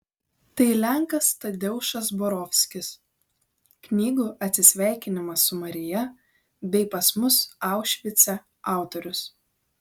tai lenkas tadeušas borovskis knygų atsisveikinimas su marija bei pas mus aušvice autorius